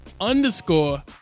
underscore